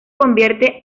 convierte